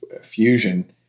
fusion